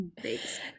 thanks